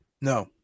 No